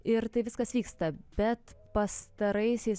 ir tai viskas vyksta bet pastaraisiais